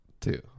two